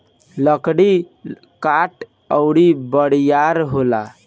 लकड़ी कड़ा अउर बरियार होला